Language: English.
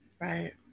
Right